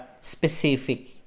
specific